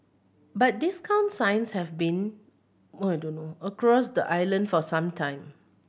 but discount signs have been across the island for some time